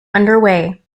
underway